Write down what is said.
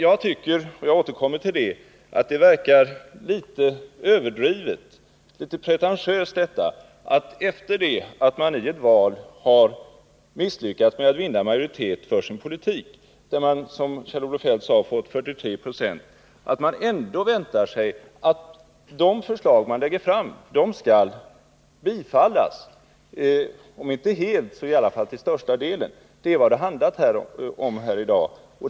Jag tycker det är litet pretentiöst — jag återkommer till det — att efter det att man i ett val misslyckats med att vinna majoritet för sin politik utan fått 43 96, som Kjell-Olof Feldt sade, ändå vänta sig att de förslag som man lägger fram skall bifallas, om inte helt så i alla fall till största delen. Det är vad det handlat om här i dag.